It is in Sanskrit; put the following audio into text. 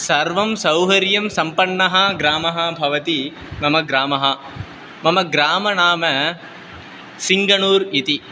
सर्वं सौकर्यं सम्पन्नः ग्रामः भवति मम ग्रामः मम ग्रामस्य नाम सिङ्गणूर् इति